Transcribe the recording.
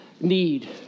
need